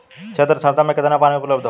क्षेत्र क्षमता में केतना पानी उपलब्ध होला?